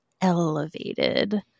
elevated